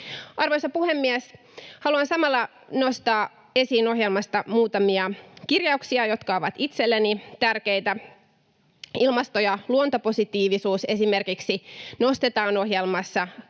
Arvoisa puhemies! Haluan samalla nostaa esiin ohjelmasta muutamia kirjauksia, jotka ovat itselleni tärkeitä. Esimerkiksi ilmasto- ja luontopositiivisuus nostetaan ohjelmassa